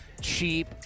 cheap